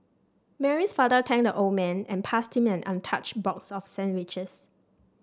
Mary's father thanked the old man and passed him an untouched box of sandwiches